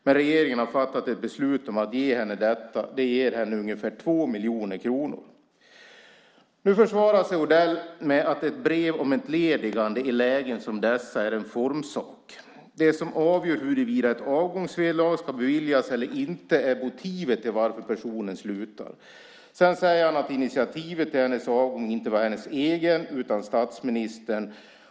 Men regeringen har fattat ett beslut om att ge henne detta. Det ger henne ungefär 2 miljoner kronor. Nu förvarar sig Odell med att ett brev om ett entledigande i lägen som dessa är en formsak. Det som avgör huruvida ett avgångsvederlag ska beviljas eller inte är motivet till varför personen slutar. Han säger att initiativet till hennes avgång inte var hennes eget utan statsministerns.